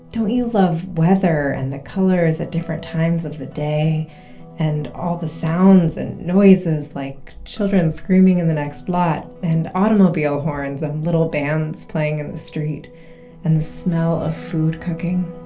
don't you love weather and the colors at different times of the day and all the sounds and noises, like children screaming in the next lot and automobile horns and little bands playing in the street and the smell of food cooking?